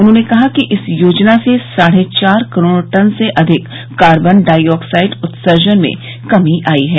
उन्होंने कहा कि इस योजना से साढ़े चार करोड़ टन से अधिक कार्बन डाईऑक्साईड उत्सर्जन में कमी आई है